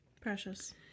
Precious